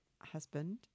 husband